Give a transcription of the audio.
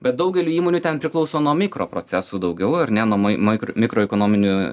bet daugeliui įmonių ten priklauso nuo mikroprocesų daugiau ar nu nuo mai maikro mikroekonominių